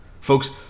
Folks